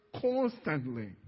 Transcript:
constantly